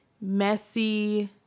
messy